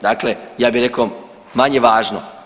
Dakle, ja bi rekao manje važno.